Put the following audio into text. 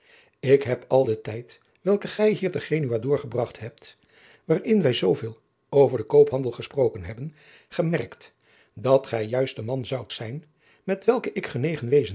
ik heb al den tijd welken gij hier te genua doorgebragt hebt waarin wij zooveel over den koophandel gesproken hebben gemerkt dat gij juist de man zoudt zijn met welken